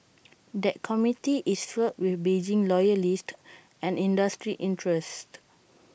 that committee is filled with Beijing loyalists and industry interests